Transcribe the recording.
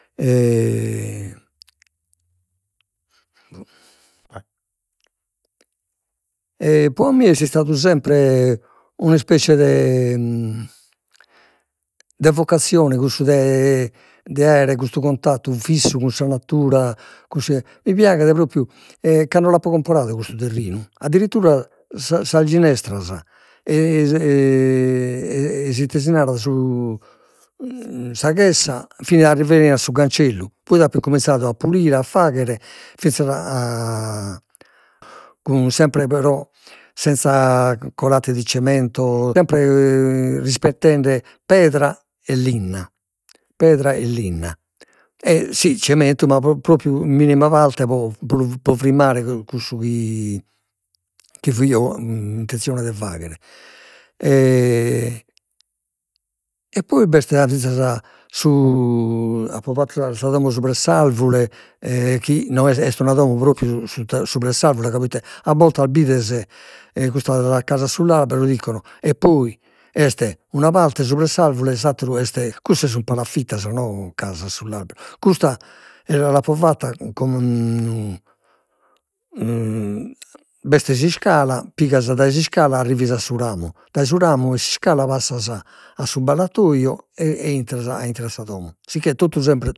pro a mie est istadu sempre un'ispecie de de vocazione, cussu de de aere custu contattu fissu cun sa natura, cun mi piaghet propriu e cando l'apo comporadu custu terrinu addittura sa- sas ginestras ei s'ite si narat, su sa chessa fin, arrivian a su cancellu poi apo cominzadu a pulire, a faghere finzas a cun sempre però senza colate di cemento, sempre rispettende pedra e linna, pedra e linna. E si cemento ma pr- propriu in minima parte pro lu pro frimmare, cussu chi fio intenzione de fagher, e poi b'est a finzas su apo fattu sa domo supra a s'arvure e chi no est una domo sutta supra a s'arvure ca proite a boltas bides e custas casa sull'albero dicono e poi est una parte supra s'arvure e s'atteru est, cussas sun palafittas no casa sull'albero, custa eo l'apo fatta con b'est s'iscala, pigas dai s'iscala e arrivis a su ramu, dai su ramu 'e s'iscala passas a su ballatoio e intras a intro a sa domo, sicchè tottu sem